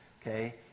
okay